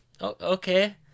okay